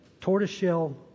tortoiseshell